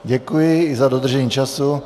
Děkuji i za dodržení času.